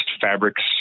fabrics